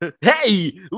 Hey